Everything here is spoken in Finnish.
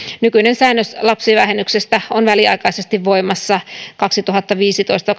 nykyinen säännös lapsivähennyksestä on väliaikaisesti voimassa kaksituhattaviisitoista